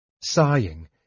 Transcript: Sighing